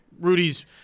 Rudy's